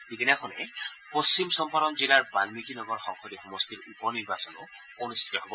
সিদিনাখনেই পশ্চিম চম্পাৰণ জিলাৰ বাণ্মিকীনগৰ সংসদীয় সমষ্টিৰ উপ নিৰ্বাচনো অনুষ্ঠিত হ'ব